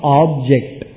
object